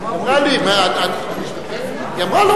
היא לא אמרה את זה, היא אמרה לי.